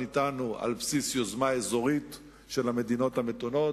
אתנו על בסיס יוזמה אזורית של המדינות המתונות.